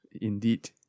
Indeed